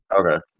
okay